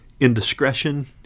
Indiscretion